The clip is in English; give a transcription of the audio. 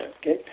okay